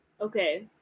okay